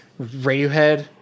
Radiohead